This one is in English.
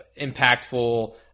impactful